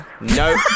No